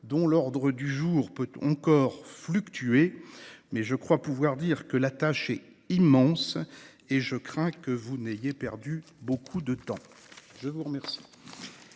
Son ordre du jour peut encore évoluer, mais je crois pouvoir dire que la tâche est immense et je crains que vous n’ayez perdu beaucoup de temps. La parole